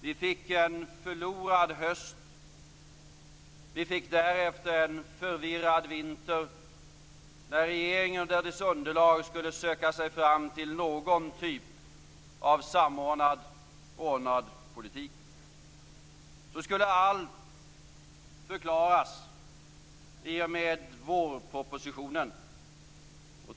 Vi fick en förlorad höst. Vi fick därefter en förvirrad vinter när regeringen och dess underlag skulle söka sig fram till någon typ av samordnad, ordnad politik. Så skulle allt förklaras i och med vårpropositionen.